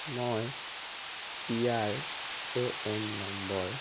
মই P R A N number